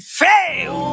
fail